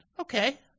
Okay